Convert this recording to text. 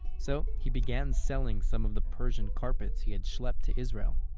so he began selling some of the persian carpets he had schlepped to israel.